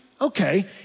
Okay